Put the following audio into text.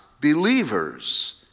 believers